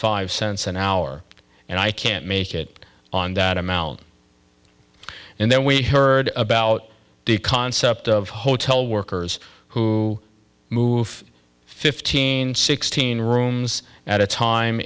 five cents an hour and i can't make it on that amount and then we heard about the concept of hotel workers who move fifteen sixteen rooms at a time